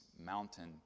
mountain